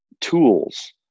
tools